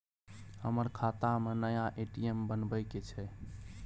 हमर खाता में नया ए.टी.एम बनाबै के छै?